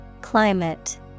Climate